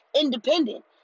independent